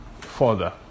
further